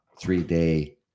three-day